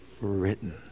written